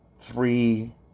three